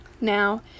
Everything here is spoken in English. Now